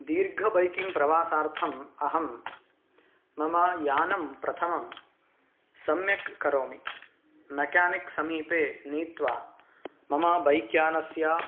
दीर्घ बैकिङ्ग् प्रवासार्थम् अहं मम यानं प्रथमं सम्यक् करोमि मेक्यानिक् समीपे नीत्वा मम बैक्यानस्य